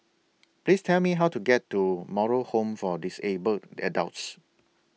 Please Tell Me How to get to Moral Home For Disabled Adults